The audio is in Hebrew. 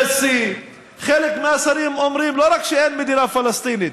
C. חלק מהשרים אומרים שלא רק שאין מדינה פלסטינית,